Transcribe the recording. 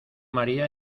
maría